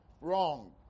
Wrong